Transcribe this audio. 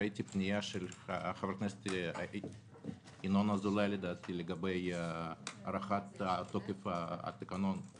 ראיתי פנייה של חבר הכנסת ינון אזולאי לגבי הארכה של תוקף התקנות על